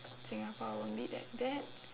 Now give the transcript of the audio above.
singapore won't be that bad